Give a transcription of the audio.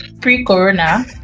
pre-corona